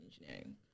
engineering